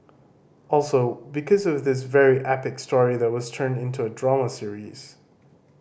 also because of his very epic story that was turned into a drama series